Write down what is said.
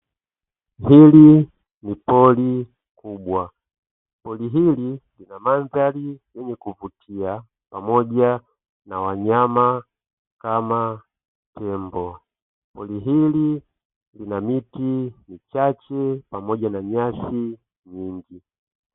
Hili ni pori kubwa, pori hili lenye mandhari ya kuvutia pamoja na wanyama kama tembo. Pori hilo lina miti michache pamoja na nyasi nyingi.